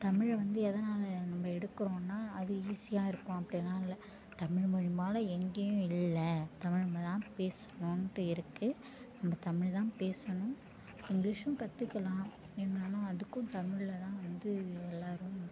தமிழை வந்து எதனால் நம்ம எடுக்கறோனால் அது ஈஸியாக இருக்கும் அப்படின்லாம் இல்லை தமிழ் மொழி மாதிரி எங்கேயும் இல்லை தமிழில் தான் பேசணுன்ட்டு இருக்குது நம்ம தமிழ்தான் பேசணும் இங்கிலீஷும் கற்றுக்குலாம் இருந்தாலும் அதுக்கும் தமிழில்தான் வந்து எல்லாரும்